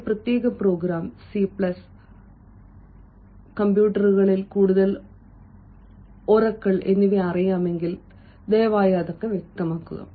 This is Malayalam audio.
ഒരു പ്രത്യേക പ്രോഗ്രാം സി പ്ലസ് നൂതന കമ്പ്യൂട്ടറുകളിൽ കൂടുതൽ ഒറാക്കിൾ എന്നിവ അറിയാമെങ്കിൽ ദയവായി വ്യക്തമാക്കുക